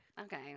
Okay